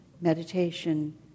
Meditation